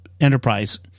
enterprise